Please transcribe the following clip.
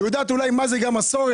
יודעת אולי גם מה זאת מסורת,